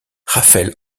rafael